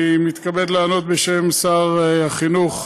אני מתכבד לענות, בשם שר החינוך,